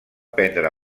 prendre